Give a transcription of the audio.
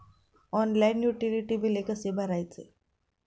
Online utility बिले कसे भरायचे?